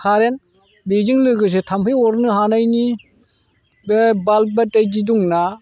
कारेन बेजों लोगोसे थामफै अरनो हायैनि बे बाल्ब बायदि दंना